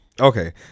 Okay